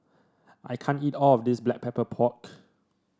I can't eat all of this Black Pepper Pork